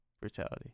brutality